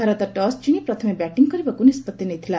Bharat toss ଜିଶି ପ୍ରଥମେ batting କରିବାକୁ ନିଷ୍ପଭି ନେଇଥିଲା